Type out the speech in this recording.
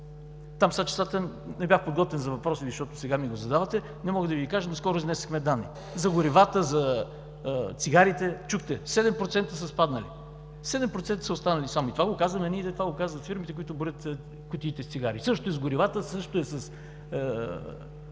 Там, сега числата – не бях подготвен за въпроса Ви, защото сега ми го задавате, не мога да Ви ги кажа, но скоро изнесохме данни за горивата, за цигарите. Чухте – 7% са спаднали, 7% са останали само! И това го казваме, след това го казват фирмите, които броят кутиите с цигари. Същото е с горивата. Същото е с